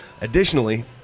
Additionally